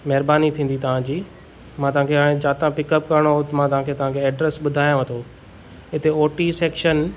महिरबानी थींदी तव्हां जी मां तव्हां खे हाणे जितां पिकअप करणो हो मां तव्हां खे तव्हां खे एड्रेस ॿुधायांव थो हिते ओ टी सेक्शन